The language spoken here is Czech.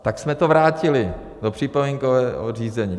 Tak jsme to vrátili do připomínkového řízení.